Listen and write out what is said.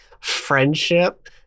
friendship